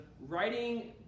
writing